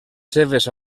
seves